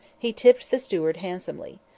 he tipped the steward handsomely.